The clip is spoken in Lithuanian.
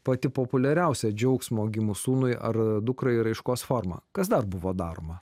pati populiariausia džiaugsmo gimus sūnui ar dukrai raiškos forma kas dar buvo daroma